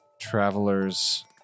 Traveler's